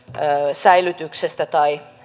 säilytyksestä tai